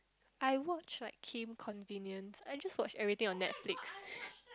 I watch like Kim's-Convenience I just watch everything on Netflix